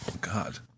God